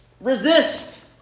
Resist